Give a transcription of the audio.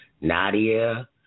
Nadia